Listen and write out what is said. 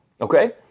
Okay